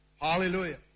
Hallelujah